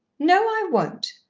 no, i won't.